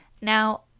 now